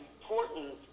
important